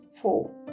four